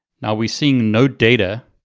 now we seeing no data.